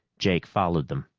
jake followed them.